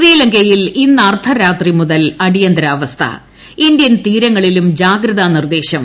ശ്രീലങ്കയിൽ ഇ്ന്ന് അർദ്ധരാത്രി മുതൽ അടിയന്തരാവസ്ഥ ഇന്ത്യൻ തീരങ്ങ്ളിലും ജാഗ്രതാ നിർദ്ദേശം